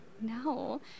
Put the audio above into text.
no